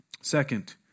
Second